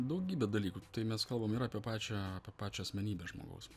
daugybė dalykų tai mes kalbam ir apie pačią apie pačią asmenybę žmogaus